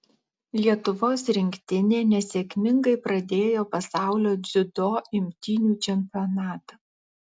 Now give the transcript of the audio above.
lietuvos rinktinė nesėkmingai pradėjo pasaulio dziudo imtynių čempionatą